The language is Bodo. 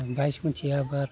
बाइसमुथि आबाद